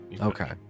okay